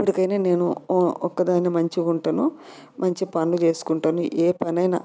ఇప్పటికైనా నేను ఒక్కదాన్ని మంచిగా ఉంటాను మంచి పనులు చేసుకుంటాను ఏ పనైనా